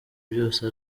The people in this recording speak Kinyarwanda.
byose